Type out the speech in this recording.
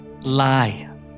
lie